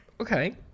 Okay